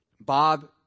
Bob